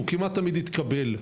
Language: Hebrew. הוא כמעט תמיד התקבל.